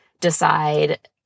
decide